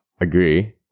Agree